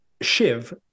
Shiv